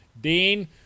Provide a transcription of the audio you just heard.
Dean